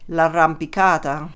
L'arrampicata